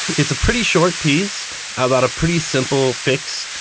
it's a pretty short piece about a pretty simple fix,